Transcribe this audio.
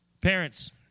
parents